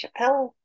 Chappelle